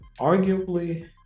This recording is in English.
arguably